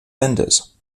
vendors